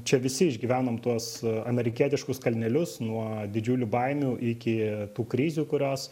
čia visi išgyvenom tuos amerikietiškus kalnelius nuo didžiulių baimių iki tų krizių kurios